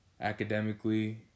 academically